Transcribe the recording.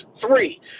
three